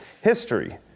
History